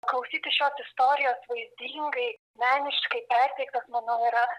klausytis šios istorijos vaizdingai meniškai perteiktos manau yra